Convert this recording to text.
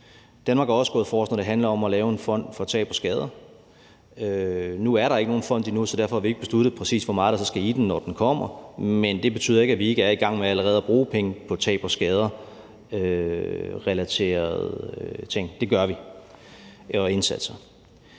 Danmark er også gået forrest, når det handler om at lave en fond for tab og skader. Nu er der ikke nogen fond endnu, så derfor har vi ikke besluttet, præcis hvor meget der så skal i den, når den kommer. Men det betyder ikke, at vi ikke allerede er i gang med at bruge penge på tab og skaderelaterede ting og indsatser.